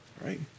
right